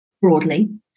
broadly